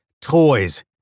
toys